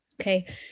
Okay